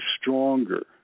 stronger